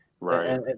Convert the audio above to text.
Right